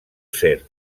ser